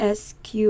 sq